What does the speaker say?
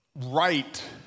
right